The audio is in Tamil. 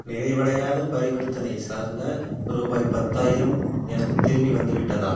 நிறைவடையாத பரிவர்த்தனை சார்ந்த ரூபாய் பத்தாயிரம் எனக்குத் திரும்பி வந்துவிட்டதா